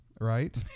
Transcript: right